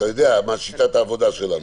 אתה יודע מהי שיטת העבודה שלנו.